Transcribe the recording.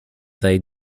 they